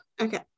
Okay